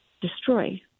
destroy